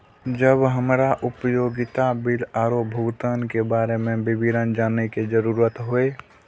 जब हमरा उपयोगिता बिल आरो भुगतान के बारे में विवरण जानय के जरुरत होय?